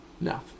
No